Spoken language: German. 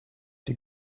die